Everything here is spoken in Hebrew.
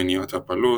מניעת הפלות,